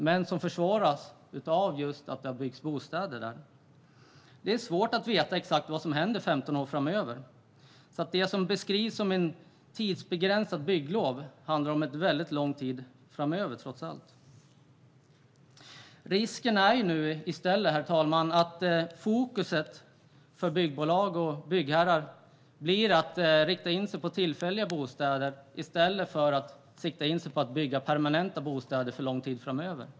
Det försvåras just av att bostäder har byggts där. Det är svårt att veta exakt vad som händer 15 år framöver. Det som beskrivs som ett tidsbegränsat bygglov handlar trots allt om en väldigt lång tidsperiod. Herr talman! Risken är att byggbolag och byggherrar riktar in sig på tillfälliga bostäder i stället för att bygga permanenta bostäder för lång tid framöver.